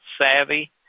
Savvy